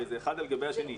זה אחד על גבי השני.